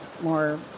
more